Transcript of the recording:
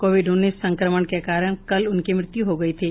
Covid उन्नीस संक्रमण के कारण कल उनकी मृत्यु हो गयी थी